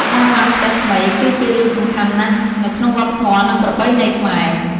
ការឡើងផ្ទះថ្មី គឺជារឿងសំខាន់ណាស់នៅក្នុងវប្បធម៌ និងប្រពៃណីខ្មែរ។